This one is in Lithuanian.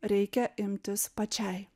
reikia imtis pačiai